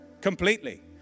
Completely